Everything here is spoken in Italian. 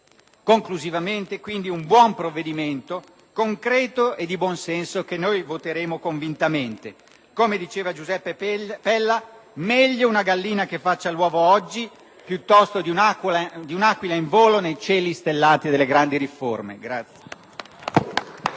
Conclusivamente, quindi, si tratta di un buon provvedimento, concreto e di buonsenso, che noi voteremo convintamente. Come diceva Giuseppe Pella: meglio una gallina che faccia l'uovo oggi piuttosto che un'aquila in volo nei cieli stellati delle grandi riforme.